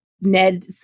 Ned